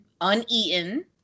uneaten